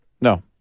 No